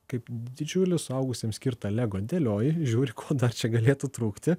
kaip didžiulį suaugusiems skirtą lego dėlioji žiūri ko dar čia galėtų trūkti